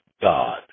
God